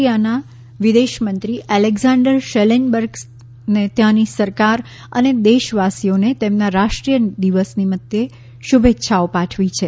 યાના વિદેશમંત્રી Alexander Schallenberg ત્યાંની સરકાર અને દેશવાસીઓને તેમના રાષ્ટ્રીશિય દિવસ નિમત્તે શુભેચ્છા પાઠવી છે